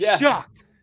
shocked